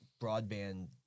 broadband